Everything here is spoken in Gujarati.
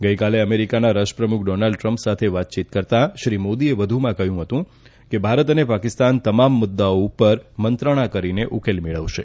ગઇકાલે અમેરીકાના રાષ્ટ્રપ્રમુખ ડીનાલ્ડ દ્રમ્પ સાથે વાતચીત કરતાં શ્રી મોદીએ વધુમાં કહ્યું હતું કે ભારત અને પાકિસ્તાન તમામ મુદ્દાઓ ઉપર મંત્રણા કરીને ઉકેલ મેળવશે